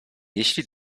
jeśli